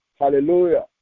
Hallelujah